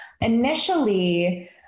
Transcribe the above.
initially